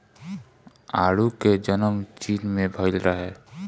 आडू के जनम चीन में भइल रहे